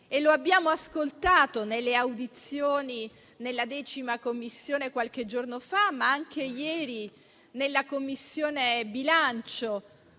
lo abbiamo visto e ascoltato nelle audizioni in nella 10a Commissione qualche giorno fa, ma anche ieri nella Commissione bilancio.